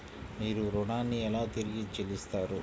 మీరు ఋణాన్ని ఎలా తిరిగి చెల్లిస్తారు?